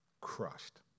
crushed